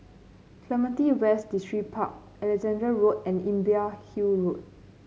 Clementi West Distripark Alexandra Road and Imbiah Hill Road